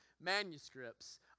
manuscripts